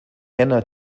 henna